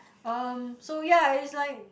um so ya is like